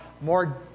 more